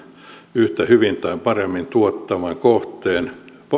yhtä hyvin tai paremmin tuottavan kohteen